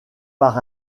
par